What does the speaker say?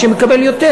מי שמקבל יותר,